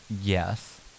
Yes